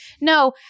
no